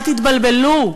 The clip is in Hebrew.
אל תתבלבלו,